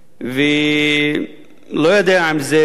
אני לא יודע אם זה המזל,